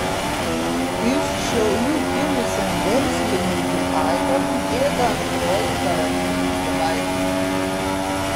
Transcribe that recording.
iš šiaulių kilusiam verslininkui aivarui bėga antroji karantino savaitė